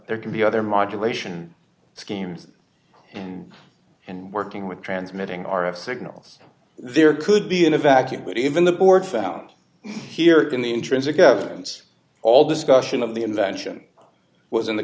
there can be other modulation schemes and working with transmitting our of signals there could be in a vacuum but even the board found here in the intrinsic evidence all discussion of the invention was in the